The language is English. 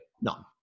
None